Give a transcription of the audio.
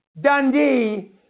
Dundee